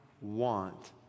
want